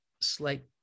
slight